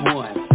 one